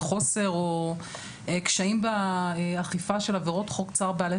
חוסר או קשיים באכיפה של עבירות חוק צער בעלי